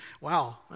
wow